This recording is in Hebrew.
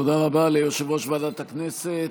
תודה רבה ליושב-ראש ועדת הכנסת.